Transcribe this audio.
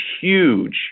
huge